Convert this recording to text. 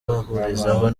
bahurizaho